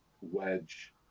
Wedge